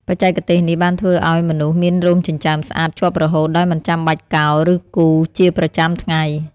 បច្ចេកទេសនេះបានធ្វើឲ្យមនុស្សមានរោមចិញ្ចើមស្អាតជាប់រហូត ដោយមិនចាំបាច់កោរ ឬគូរជាប្រចាំថ្ងៃ។